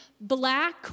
black